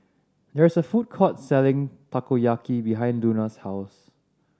there is a food court selling Takoyaki behind Luna's house